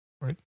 Right